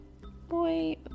Boy